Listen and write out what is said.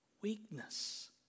weakness